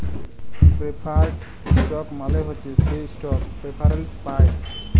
preferred stock মালে হছে সে ইস্টক প্রেফারেল্স পায়